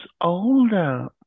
older